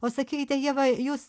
o sakykite ieva jūs